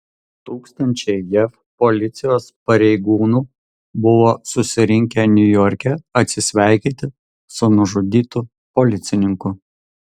tūkstančiai jav policijos pareigūnų buvo susirinkę niujorke atsisveikinti su nužudytu policininku